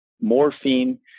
morphine